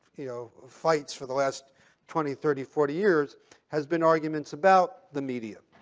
you know, fights for the last twenty, thirty, forty years has been arguments about the media.